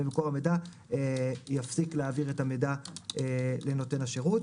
ומקור המידע יפסיק להעביר את המידע לנותן השירות.